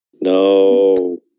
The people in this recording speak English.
No